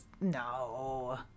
no